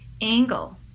angle